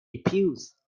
diffuse